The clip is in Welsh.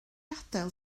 adael